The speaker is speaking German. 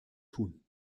tun